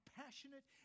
passionate